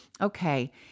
okay